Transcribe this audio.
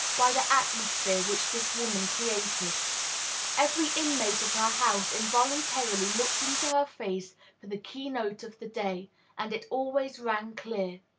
by the atmosphere which this woman created every inmate of her house involuntarily looked into her face for the key-note of the day and it always rang clear.